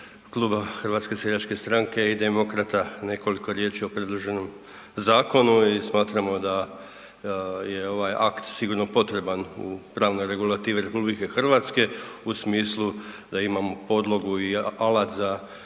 u ime kluba HSS-a i demokrata nekoliko riječi o predloženom zakonu i smatramo da je ovaj akt sigurno potreban u pravnoj regulativi RH u smislu da imamo podlogu i alat za